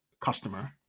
customer